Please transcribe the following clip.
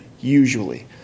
usually